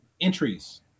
entries